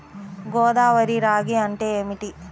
గోదావరి రాగి అంటే ఏమిటి?